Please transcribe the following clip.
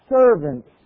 servants